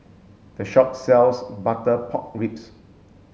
this shop sells butter pork ribs